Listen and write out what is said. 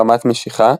רמת משיכה,